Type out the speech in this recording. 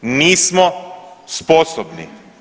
Nismo sposobni.